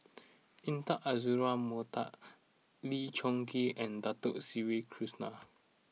Intan Azura Mokhtar Lee Choon Kee and Dato Sri Krishna